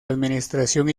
administración